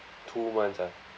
two months ah